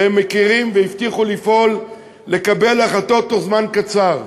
והם מכירים והבטיחו לפעול לקבלת החלטות בתוך זמן קצר.